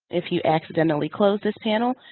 if you accidentally close this panel,